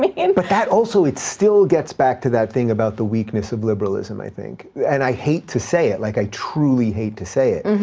mean? and but that also, it still gets back to that thing about the weakness of liberalism, i think. and i hate to say it, like, i truly hate to say it,